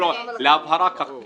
חשוב להבהיר את זה.